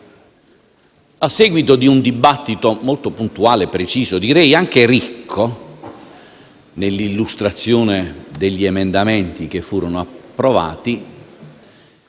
a seguito di un dibattito molto puntuale e preciso e direi anche ricco, nell'illustrazione degli emendamenti che furono approvati,